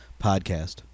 podcast